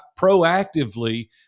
proactively